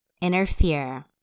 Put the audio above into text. interfere